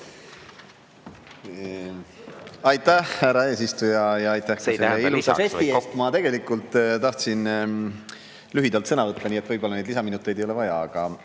Aitäh, härra eesistuja! Ma tegelikult tahtsin lühidalt sõna võtta, nii et võib-olla neid lisaminuteid ei ole vaja, aga